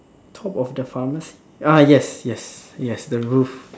top of the pharmacy ah yes yes yes the roof